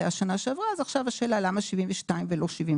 זה היה בשנה שעברה, אז עכשיו השאלה למה 72 ולא 71?